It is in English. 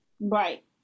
Right